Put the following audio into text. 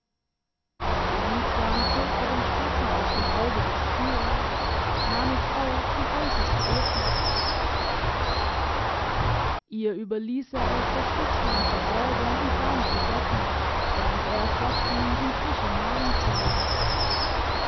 behutsam zog er den splitter aus dem auge des tieres nahm es auf und eilte zu eva ihr überließ er es das füchslein zu säubern und warm zu betten während er fortging ihm frische nahrung zu holen